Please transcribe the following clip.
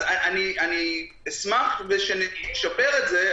אשמח שנשפר את זה,